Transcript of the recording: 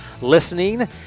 listening